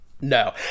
No